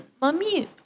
Mummy